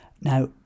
now